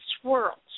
swirls